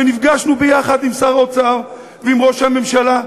נפגשנו עם שר האוצר ועם ראש הממשלה,